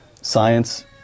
science